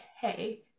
hey